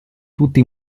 tutti